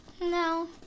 No